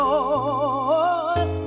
Lord